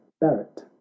barrett